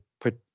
put